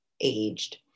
aged